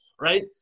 Right